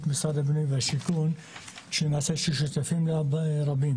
משרד הבינוי והשיכון ששותפים לה רבים